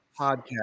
Podcast